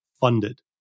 funded